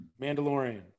Mandalorian